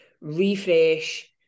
refresh